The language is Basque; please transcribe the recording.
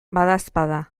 badaezpada